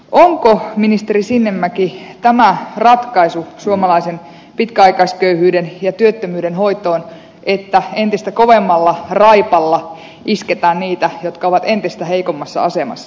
onko ministeri sinnemäki tämä ratkaisu suomalaisen pitkäaikaisköyhyyden ja työttömyyden hoitoon että entistä kovemmalla raipalla isketään niitä jotka ovat entistä heikommassa asemassa